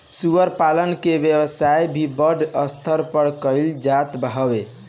सूअर पालन के व्यवसाय भी बड़ स्तर पे कईल जात हवे